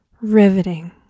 riveting